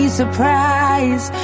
surprise